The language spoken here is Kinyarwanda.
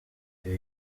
uyu